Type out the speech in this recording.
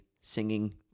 singing